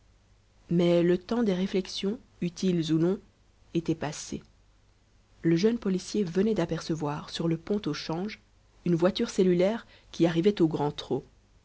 mais le temps des réflexions utiles ou non était passé le jeune policier venait d'apercevoir sur le pont au change une voiture cellulaire qui arrivait au grand trot